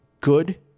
good